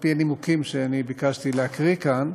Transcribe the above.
לפי הנימוקים שביקשתי להקריא כאן,